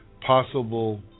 possible